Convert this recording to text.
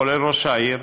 כולל ראש העיר,